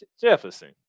Jefferson